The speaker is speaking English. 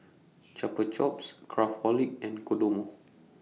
Chupa Chups Craftholic and Kodomo